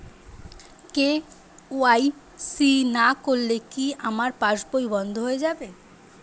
KYC না করলে কি আমার পাশ বই বন্ধ হয়ে যাবে?